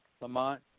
Lamont